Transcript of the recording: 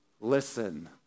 Listen